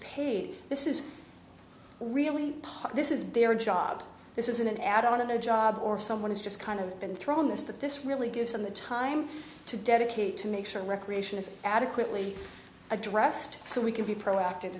paid this is really this is their job this isn't an add on to their job or someone is just kind of been thrown this that this really gives them the time to dedicate to make sure recreation is adequately addressed so we can be proactive